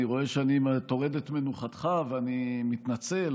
אני רואה שאני טורד את מנוחתך ואני מתנצל,